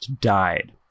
died